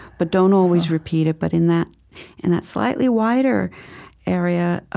but don't always repeat it, but in that and that slightly wider area.